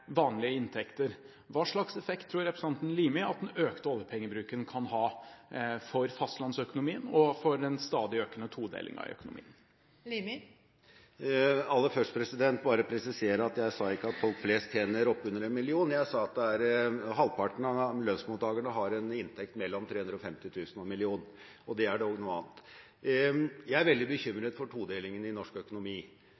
vanlige inntekter. Hva slags effekt tror representanten Limi at den økte oljepengebruken kan ha for fastlandsøkonomien og for den stadig økende todelingen i økonomien? Aller først vil jeg bare presisere at jeg sa ikke at folk flest tjener oppunder 1 mill. kr. Jeg sa at halvparten av lønnsmottakerne har en inntekt på mellom 350 000 kr og 1 mill. kr, og det er dog noe annet. Jeg er veldig